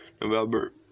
November